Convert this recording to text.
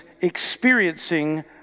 experiencing